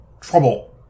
Trouble